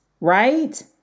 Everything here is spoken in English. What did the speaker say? right